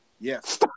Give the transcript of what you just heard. Yes